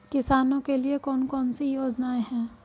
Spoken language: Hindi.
किसानों के लिए कौन कौन सी योजनाएं हैं?